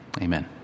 Amen